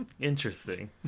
Interesting